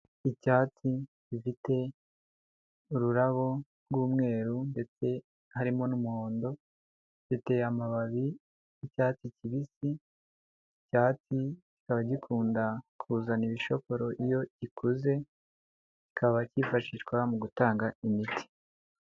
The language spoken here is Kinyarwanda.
Icyatsi gifite ururabo rw'umweru ndetse harimo n'umuhondo, gifite amababi y'icyatsi kibisi, iki cyatsi kikaba gikunda kuzana ibishokoro iyo gikuze, kikaba cyifashishwa mu gutanga imiti.